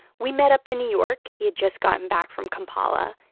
we met up in new york. he had just gotten back from kampala.